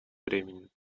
времени